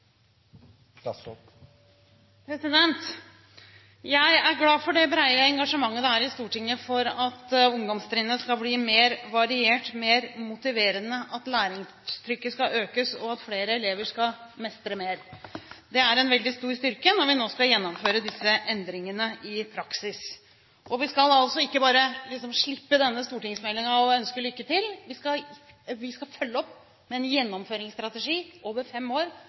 Jeg er glad for det brede engasjementet i Stortinget for at ungdomstrinnet skal bli mer variert, mer motiverende, at læringstrykket skal økes, og at flere elever skal mestre mer. Det er en veldig stor styrke når vi nå skal gjennomføre disse endringene i praksis. Vi skal altså ikke bare slippe denne stortingsmeldingen og ønske lykke til, vi skal følge opp med en gjennomføringsstrategi over fem år